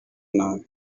nabi